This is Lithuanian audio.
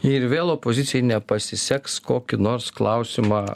ir vėl opozicijai nepasiseks kokį nors klausimą